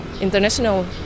international